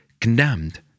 condemned